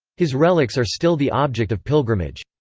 his relics are still the object of pilgrimage.